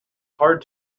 hard